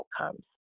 outcomes